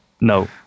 no